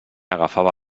agafava